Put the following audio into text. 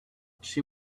she